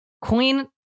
queen